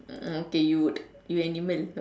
hmm okay you would you animal